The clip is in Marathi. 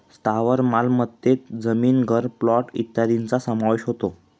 स्थावर मालमत्तेत जमीन, घर, प्लॉट इत्यादींचा समावेश होतो